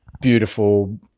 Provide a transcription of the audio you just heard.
beautiful